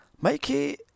Mikey